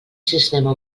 sistema